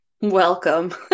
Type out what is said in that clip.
welcome